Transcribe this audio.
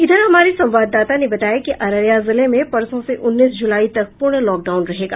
इधर हमारे संवाददाता ने बताया कि अररिया जिले में परसों से उन्नीस जुलाई तक पूर्ण लॉकडाउन रहेगा